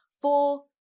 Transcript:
four